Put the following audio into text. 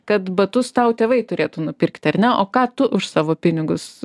kad batus tau tėvai turėtų nupirkti ar ne o ką tu už savo pinigus